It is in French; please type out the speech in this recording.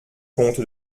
comte